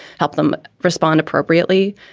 help them respond appropriately.